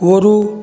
କୂଅରୁ